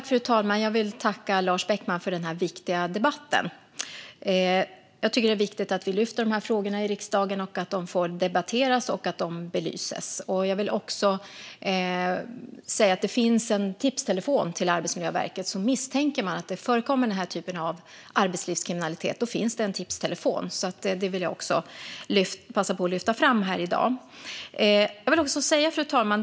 Fru talman! Jag vill tacka Lars Beckman för den här viktiga debatten. Jag tycker att det är viktigt att vi lyfter upp de här frågorna i riksdagen, att de debatteras och belyses. Jag vill också passa på att lyfta fram här i dag att om man misstänker att den här typen av arbetslivskriminalitet förekommer finns det en tipstelefon på Arbetsmiljöverket. Fru talman!